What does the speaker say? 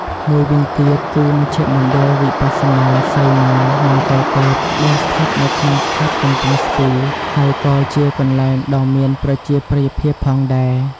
មួយវិញទៀតគឺ មជ្ឈមណ្ឌលវិបស្សនាសីមា មង្គលទេព ដែលស្ថិតនៅក្នុងខេត្តកំពង់ស្ពឺ ហើយក៏ជាកន្លែងដ៏មានប្រជាប្រិយភាពផងដែរ។